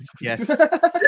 yes